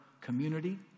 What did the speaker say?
community